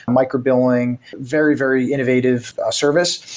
micro billing, very very innovative ah service.